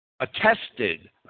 attested